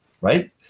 right